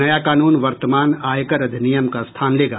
नया कानून वर्तमान आयकर अधिनियम का स्थान लेगा